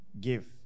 Give